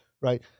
right